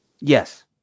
Yes